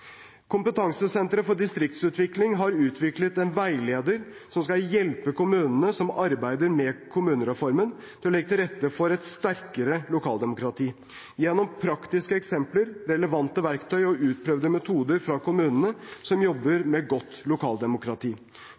for distriktsutvikling har utviklet en veileder som skal hjelpe kommunene som arbeider med kommunereformen, med å legge til rette for et sterkere lokaldemokrati. Gjennom praktiske eksempler, relevante verktøy og utprøvde metoder fra kommuner som jobber godt med